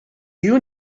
you